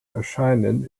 erscheinen